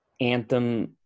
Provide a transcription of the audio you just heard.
anthem